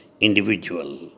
individual